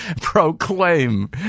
Proclaim